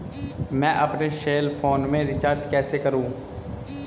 मैं अपने cell phone में रिचार्ज कैसे करूँ?